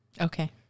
Okay